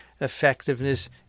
effectiveness